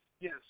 Yes